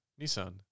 Nissan